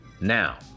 Now